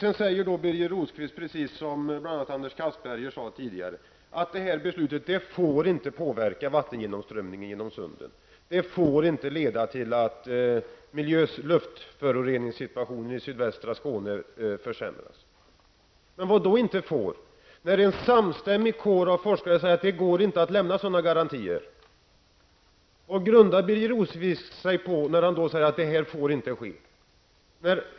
Sedan säger Birger Rosqvist, precis som bl.a. Anders Castberger sade tidigare, att det här beslutet inte får påverka vattengenomströmningen i sundet, och att det inte får leda till att luftföroreringssituationen i sydvästra Skåne försämras. Men vad grundar Birger Rosqvist sig på när han säger att detta inte får ske?